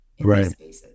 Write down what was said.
Right